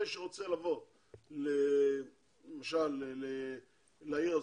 עולה שרוצה לבוא למשל לעיר הזאת,